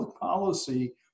policy